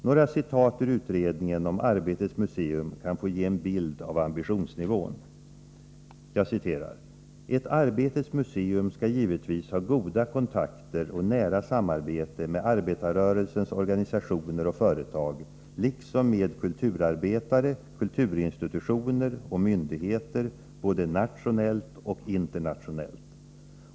Några citat ur utredningen om Arbetets museum kan få ge en bild av ambitionsnivån. ”Ett Arbetets museum skall givetvis ha goda kontakter och nära samarbete med arbetarrörelsens organisationer och företag, liksom med kulturarbetare, kulturinstitutioner och myndigheter, både nationellt och internationellt.